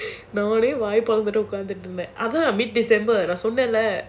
நானே வாய பொளந்துட்டு உட்கார்ந்துட்ருப்பேன் அவ நான் சொன்னேன்ல:naane vaaya polanthutu utkaarnthutruppaen ava naan sonnaenla